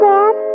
Dad